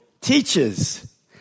teaches